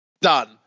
Done